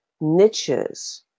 niches